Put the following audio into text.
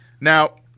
Now